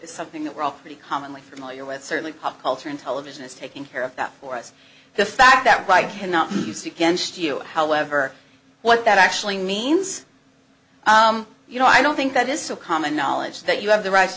is something that we're all pretty commonly familiar with certainly pop culture and television is taking care of that for us the fact that i cannot use against you however what that actually means you know i don't think that is so common knowledge that you have the right to